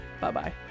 bye-bye